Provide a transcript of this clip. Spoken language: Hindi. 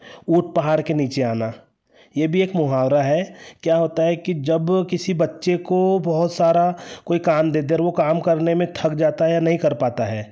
ऊँट पहाड़ के नीचे आना यह भी एक मुहावरा है क्या होता है कि जब किसी बच्चे को बहुत सारा कोई काम दे दें और वो काम करने में थक जाता है या नहीं कर पाता है